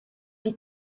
die